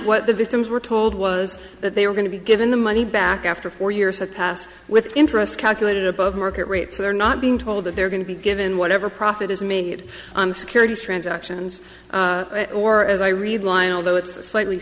what the victims were told was that they were going to be given the money back after four years had passed with interest calculated above market rates so they're not being told that they're going to be given whatever profit is made on the securities transactions or as i read line although it's slightly